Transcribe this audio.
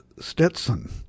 Stetson